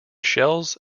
shells